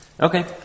Okay